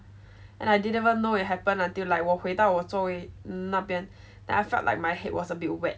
and I didn't even know it happen until like 我回到我座位那边 then I felt like my head was a bit wet